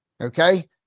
Okay